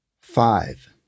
five